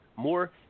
more